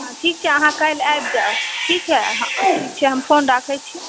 ठीक छै अहाँ काल्हि आबि जाउ ठीक छै हम फोन राखै छी